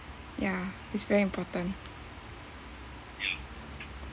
ya it's very important